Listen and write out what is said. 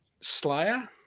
Slayer